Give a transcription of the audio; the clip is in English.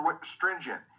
stringent